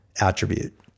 attribute